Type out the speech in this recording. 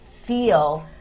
feel